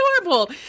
adorable